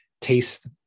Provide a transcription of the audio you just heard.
taste